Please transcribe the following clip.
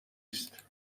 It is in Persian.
است